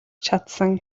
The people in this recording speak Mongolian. чадсан